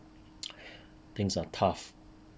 things are tough